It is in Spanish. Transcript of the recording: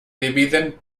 dividen